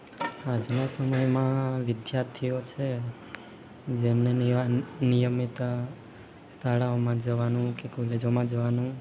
આજના સમયમાં વિદ્યાર્થીઓ છે જેમને નેવા નિયમિત શાળાઓમાં જવાનું કે કોલેજોમાં જવાનું